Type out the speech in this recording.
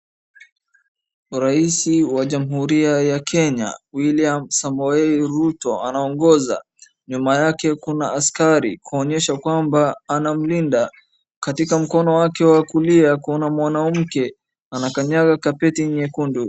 Raisi wa Jamhuri ya Kenya William Samoei Ruto anaongoza. Nyuma yake kuna askari kuonyesha kwamba anamlinda. Katika mkono wake wa kulia kuna mwanamke, anakanyanga kapeti nyekundu.